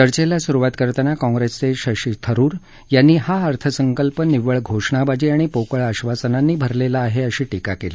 चर्चेला सुरुवात करताना काँग्रेसचे शशी थरुर यांनी हा अर्थसंकल्प निव्वळ घोषणाबाजी आणि पोकळ आश्वासनांनी भरलेला आहे अशी टीका केली